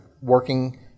working